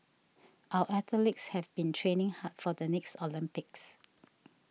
our athletes have been training hard for the next Olympics